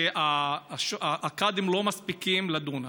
והקאדים לא מספיקים לדון.